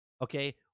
okay